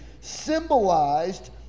symbolized